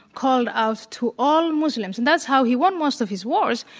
called out to all muslims and that's how he won most of his wars,